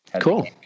Cool